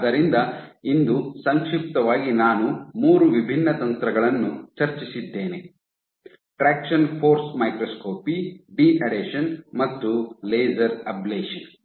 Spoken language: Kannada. ಆದ್ದರಿಂದ ಇಂದು ಸಂಕ್ಷಿಪ್ತವಾಗಿ ನಾನು ಮೂರು ವಿಭಿನ್ನ ತಂತ್ರಗಳನ್ನು ಚರ್ಚಿಸಿದ್ದೇನೆ ಟ್ರಾಕ್ಷನ್ ಫೋರ್ಸ್ ಮೈಕ್ರೋಸ್ಕೋಪಿ ಡಿಅಡೆಷನ್ ಮತ್ತು ಲೇಸರ್ ಅಬ್ಲೇಶನ್